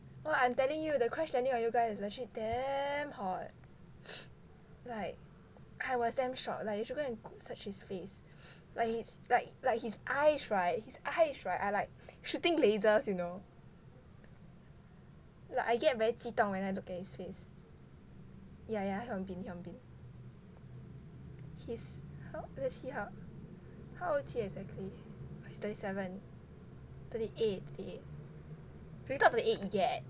oh I'm telling you the crash landing on you guys actually damn hot like I was damn shock like you should go~ and search his face like his like like his eyes [right] his eyes [right] shooting lasers you know like I get very 激动 when I look at his face yeah yeah his how old is he how how old is he exactly he is thirty seven thirty eight thirty eight but he is not thirty eight yet